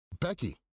becky